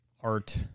art